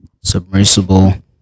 submersible